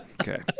Okay